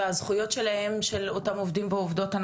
והזכויות שלהם של אותם עובדים ועובדות,